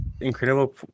Incredible